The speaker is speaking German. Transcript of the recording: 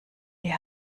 die